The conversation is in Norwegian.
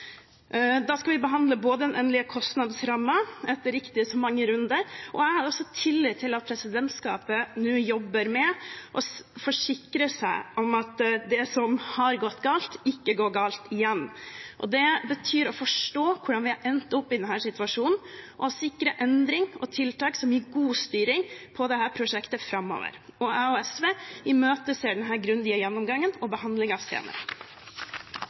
Da skal vi behandle den endelige kostnadsrammen, etter riktig så mange runder, og jeg har tillit til at presidentskapet nå jobber med å forsikre seg om at det som har gått galt, ikke går galt igjen. Det innebærer å forstå hvordan vi har endt opp i denne situasjonen, og å sikre endringer og tiltak som gir god styring på dette prosjektet framover. Jeg og SV imøteser denne grundige gjennomgangen og behandlingen senere.